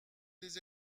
des